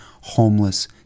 homeless